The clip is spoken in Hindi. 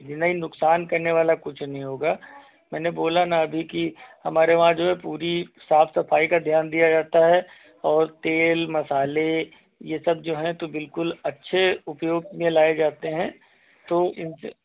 नही नुकसान करने वाला कुछ नही होगा मैंने बोला न अभी कि हमारे यहाँ जो है पूरी साफ सफाई का ध्यान दिया जाता है और तेल मसाले ये सब जो हैं तो बिल्कुल अच्छे उपयोग मे लाए जाते हैं तो इनसे